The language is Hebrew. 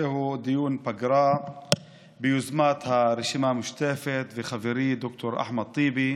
זהו דיון פגרה ביוזמת הרשימה המשותפת וחברי ד"ר אחמד טיבי,